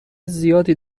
زیادی